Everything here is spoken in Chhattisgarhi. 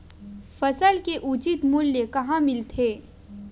फसल के उचित मूल्य कहां मिलथे?